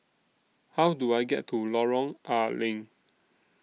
How Do I get to Lorong A Leng